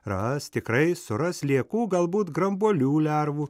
ras tikrai suras sliekų galbūt grambuolių lervų